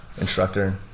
instructor